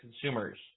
consumers